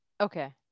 Okay